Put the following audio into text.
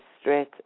straight